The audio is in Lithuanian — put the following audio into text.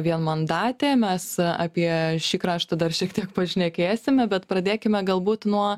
vienmandatė mes apie šį kraštą dar šiek tiek pašnekėsime bet pradėkime galbūt nuo